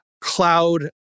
cloud